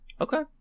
Okay